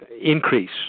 increase